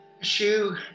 shoe